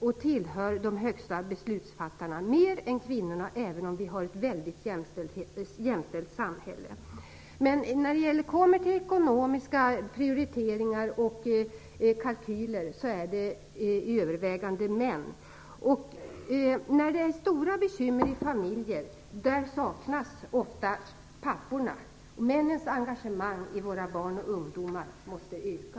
De hör till de högsta beslutsfattarna i högre grad än vad kvinnorna gör - även om vi har ett väldigt jämställt samhälle. När det kommer till ekonomiska prioriteringar och kalkyler handlar det till övervägande delen om män. Men när det är stora bekymmer i familjerna saknas ofta papporna. Männens engagemang i fråga om våra barn och ungdomar måste öka.